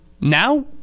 now